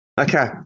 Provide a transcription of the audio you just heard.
Okay